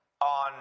on